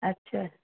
ଆଚ୍ଛା